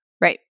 Right